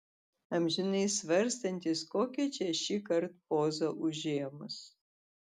amžinai svarstantys kokią čia šįkart pozą užėmus